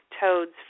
toads